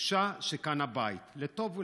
התחושה שכאן הבית, לטוב ולרע.